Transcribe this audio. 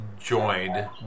joined